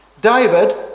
David